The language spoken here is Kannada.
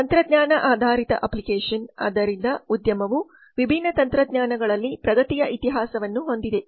ತಂತ್ರಜ್ಞಾನ ಆಧಾರಿತ ಅಪ್ಲಿಕೇಶನ್ ಆದ್ದರಿಂದ ಉದ್ಯಮವು ವಿಭಿನ್ನ ತಂತ್ರಜ್ಞಾನಗಳಲ್ಲಿ ಪ್ರಗತಿಯ ಇತಿಹಾಸವನ್ನು ಹೊಂದಿದೆ